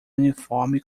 uniforme